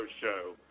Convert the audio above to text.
show